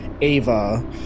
Ava